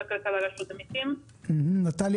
הרי חברות ביטוח אמורות לרצות את זה, לתמרץ את זה,